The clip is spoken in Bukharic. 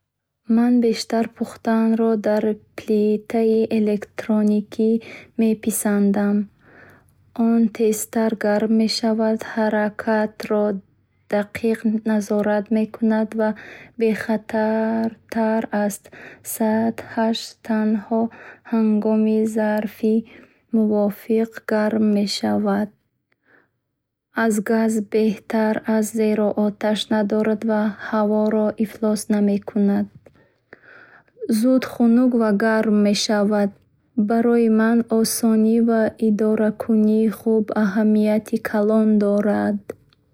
Ман бештар пухтанро дар плитаи электрики меписандам. Он тезтар гарм мешавад, ҳароратро дақиқ назорат мекунад ва бехатартар аст сатҳаш танҳо ҳангоми зарфи мувофиқ гарм мешавад. Аз газӣ беҳтар аст, зеро оташ надорад ва ҳаворо ифлос намекунад. зуд хунук ва гарм мешавад, ки барои пухтани ғизои нозук муҳим аст. Барои ман осонӣ ва идоракунии хуб аҳамияти калон доранд.